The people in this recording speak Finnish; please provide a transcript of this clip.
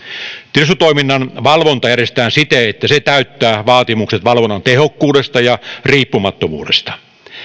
tiedustelutoiminnan valvonta järjestetään siten että se täyttää vaatimukset valvonnan tehokkuudesta ja riippumattomuudesta